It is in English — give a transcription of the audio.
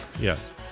Yes